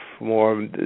more